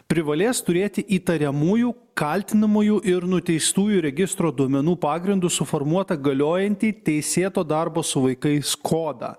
privalės turėti įtariamųjų kaltinamųjų ir nuteistųjų registro duomenų pagrindu suformuotą galiojantį teisėto darbo su vaikais kodą